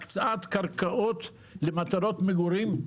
הקצאת קרקעות למטרות מגורים,